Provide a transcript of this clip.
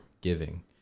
giving